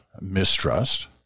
mistrust